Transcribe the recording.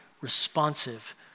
responsive